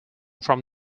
from